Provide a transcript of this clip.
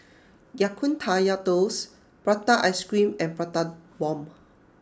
Ya Kun Kaya Toast Prata Ice Cream and Prata Bomb